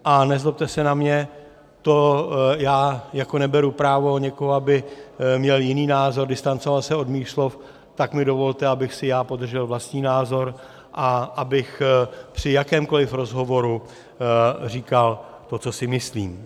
A nezlobte se na mě, jako neberu právo někomu, aby měl jiný názor, distancoval se od mých slov, tak mi dovolte, abych si já podržel vlastní názor a abych při jakémkoliv rozhovoru říkal to, co si myslím.